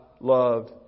loved